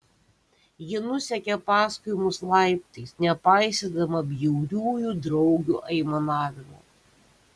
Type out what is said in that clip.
ji nusekė paskui mus laiptais nepaisydama bjauriųjų draugių aimanavimo